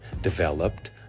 developed